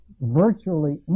Virtually